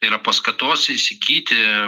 yra paskatos įsigyti